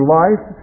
life